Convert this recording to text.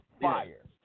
fire